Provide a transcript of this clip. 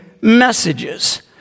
messages